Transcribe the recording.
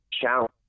challenge